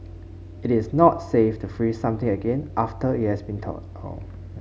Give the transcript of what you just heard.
it is not safe to freeze something again after it has been thawed